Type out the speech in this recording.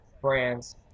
brands